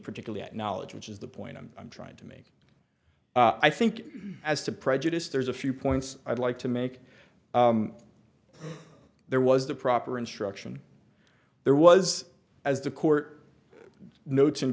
particularly at knowledge which is the point i'm trying to make i think as to prejudice there's a few points i'd like to make there was the proper instruction there was as the court notes